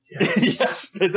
Yes